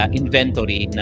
inventory